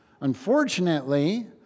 Unfortunately